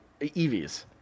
EVs